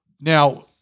now